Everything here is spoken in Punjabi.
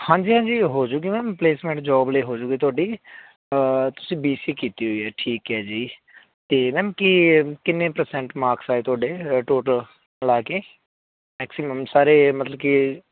ਹਾਂਜੀ ਹਾਂਜੀ ਹੋ ਜੂਗੀ ਮੈਮ ਪਲੇਸਮੈਂਟ ਜੋਬ ਲਈ ਹੋਜੂਗੀ ਤੁਹਾਡੀ ਤੁਸੀਂ ਬੀਸੀਏ ਕੀਤੀ ਹੋਈ ਐ ਠੀਕ ਹੈ ਜੀ ਅਤੇ ਮੈਮ ਕੀ ਕਿੰਨੇ ਪਰਸੈਂਟ ਮਾਰਕਸ ਆਏ ਤੁਹਾਡੇ ਟੋਟਲ ਮਿਲਾ ਕੇ ਮੈਕਸੀਮਮ ਸਾਰੇ ਮਤਲਬ ਕਿ